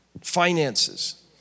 finances